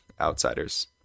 outsiders